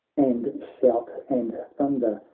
and shout and thunder,